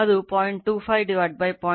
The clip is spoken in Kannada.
5 ಆದ್ದರಿಂದ Φ1 max 0